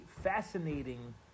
fascinating